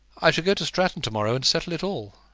i shall go to stratton to-morrow and settle it all.